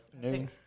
new